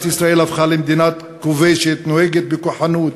ישראל הפכה למדינה כובשת הנוהגת בכוחנות,